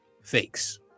fakes